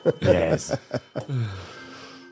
Yes